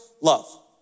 love